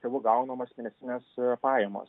tėvų gaunamos mėnesinės pajamos